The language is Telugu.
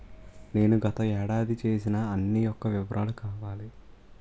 నేను గత ఏడాది చేసిన అన్ని యెక్క వివరాలు కావాలి?